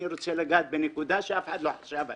אני רוצה לגעת בנקודה שאף אחד לא חשב עליה.